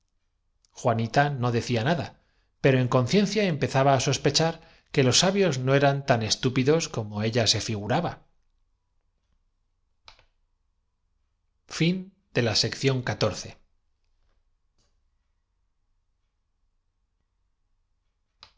juanita no decía nada pero en conciencia empezaba á sospechar que los sabios no eran tan estúpidos como ella se figuraba